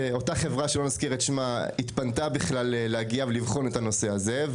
אותה חברה שלא נזכיר את שמה התפנתה בכלל להגיע ולבחון את הנושא הזה.